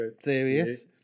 serious